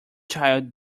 child